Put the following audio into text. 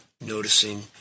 noticing